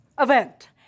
event